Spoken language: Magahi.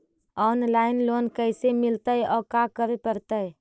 औनलाइन लोन कैसे मिलतै औ का करे पड़तै?